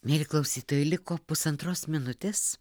mieli klausytojai liko pusantros minutės